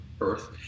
Earth